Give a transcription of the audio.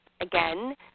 again